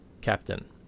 captain